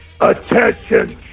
Attention